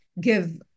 give